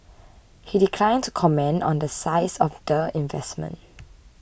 he declined to comment on the size of the investment